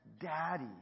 Daddy